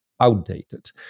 outdated